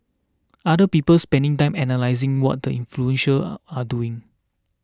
other people spending time analysing what the influential are are doing